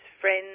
friends